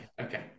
okay